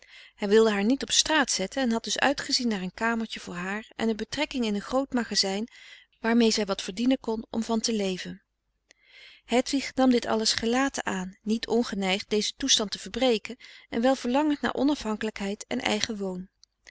hij wilde haar niet op straat zetten en had dus uitgezien naar een kamertje voor haar en een betrekking in een groot magazijn waarmee zij wat verdienen kon om van te leven hedwig nam dit alles gelaten aan niet ongeneigd dezen toestand te verbreken en wel verlangend naar onafhankelijkheid en eigen woon